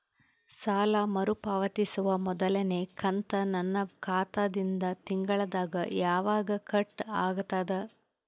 ಸಾಲಾ ಮರು ಪಾವತಿಸುವ ಮೊದಲನೇ ಕಂತ ನನ್ನ ಖಾತಾ ದಿಂದ ತಿಂಗಳದಾಗ ಯವಾಗ ಕಟ್ ಆಗತದ?